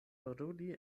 paroli